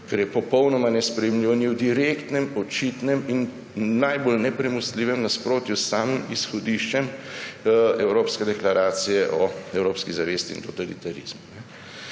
kar je popolnoma nesprejemljivo in je v direktnem, očitnem in najbolj nepremostljivem nasprotju s samim izhodiščem evropske Deklaracije o evropski zavesti in totalitarizmu.